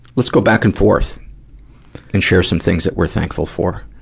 let's go back and forth and share some things that we're thankful for.